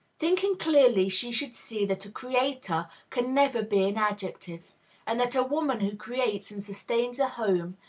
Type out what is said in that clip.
thinking clearly, she should see that a creator can never be an adjective and that a woman who creates and sustains a home,